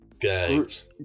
Gangs